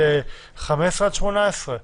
18-15,